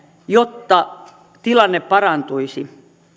jotta tilanne parantuisi